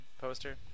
poster